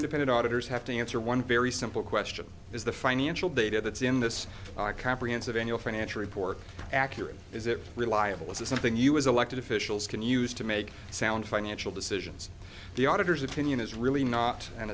independent auditors have to answer one very simple question is the financial data that's in this comprehensive annual financial report accurate is it reliable is it something you as elected officials can use to make sound financial decisions the auditors opinion is really not an